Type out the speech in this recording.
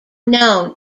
known